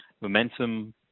momentum